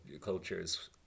cultures